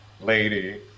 lady